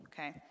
okay